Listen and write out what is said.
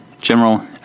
general